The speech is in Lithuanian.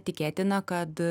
tikėtina kad